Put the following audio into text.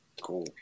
Cool